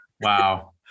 Wow